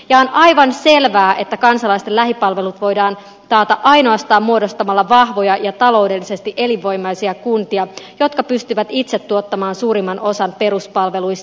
on aivan selvää että kansalaisten lähipalvelut voidaan taata ainoastaan muodostamalla vahvoja ja taloudellisesti elinvoimaisia kuntia jotka pystyvät itse tuottamaan suurimman osa peruspalveluistaan